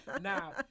Now